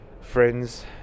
friends